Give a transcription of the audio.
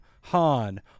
Han